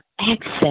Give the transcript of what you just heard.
access